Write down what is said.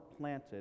planted